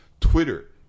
Twitter